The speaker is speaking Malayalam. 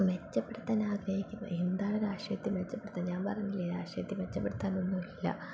മെച്ചപ്പെടുത്താൻ ആഗ്രഹിക്കുക എന്താണ് രാഷ്ട്രീയത്തിൽ മെച്ചപ്പെടുത്താൻ ഞാൻ പറഞ്ഞില്ല രാഷ്ട്രീയത്തിൽ മെച്ചപ്പെടുത്താനൊന്നും ഇല്ല